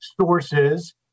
sources